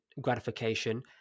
gratification